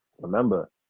Remember